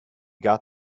got